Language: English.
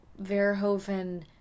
Verhoeven